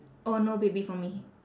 oh no baby for me